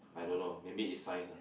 I don't know maybe it's science lah